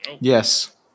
yes